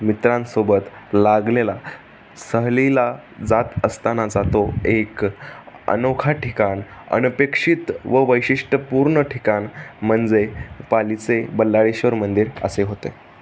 मित्रांसोबत लागलेला सहलीला जात असताना जातो एक अनोखा ठिकाण अनपेक्षित व वैशिष्ट्यपूर्ण ठिकाण म्हणजे पालीचे बल्लाळेश्वर मंदिर असे होते